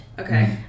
Okay